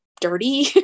dirty